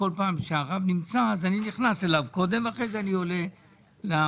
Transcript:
כל פעם שהרב נמצא אני נכנס אליו קודם ואחרי זה אני עולה למחלקה.